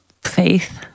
faith